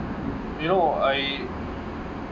you know I